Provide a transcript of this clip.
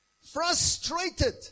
frustrated